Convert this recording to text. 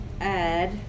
add